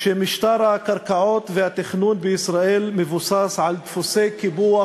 שמשטר הקרקעות והתכנון בישראל מבוסס על דפוסי קיפוח